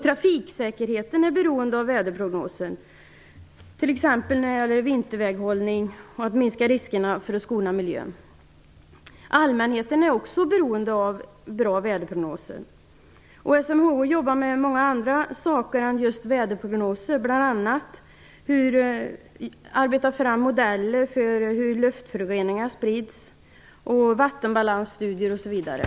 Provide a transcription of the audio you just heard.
Trafiksäkerheten är beroende av väderprognoser, t.ex. när det gäller vinterväghållning och att minska riskerna för att skona miljön. Allmänheten är också beroende av bra väderprognoser. SMHI arbetar med många andra saker än just med väderprognoser, bl.a. arbetar man fram modeller för hur luftföroreningar sprids, vattenbalansstudier osv.